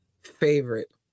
favorite